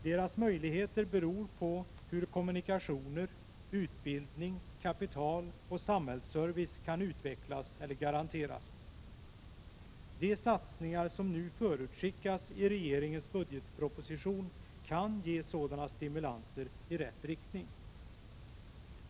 Deras möjligheter beror på hur kommunikationer, utbildning, kapital och samhällsservice kan utvecklas eller garanteras. De satsningar som nu förutskickas i regeringens budgetproposition kan ge sådana stimulanser i rätt riktning.